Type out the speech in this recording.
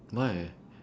why